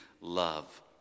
love